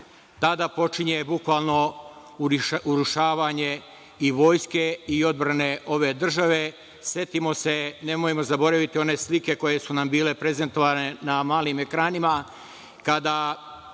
počinje bukvalno urušavanje i vojske i odbrane ove države. Setimo se, nemojmo zaboraviti one slike koje su nam bile prezentovane na malim ekranima,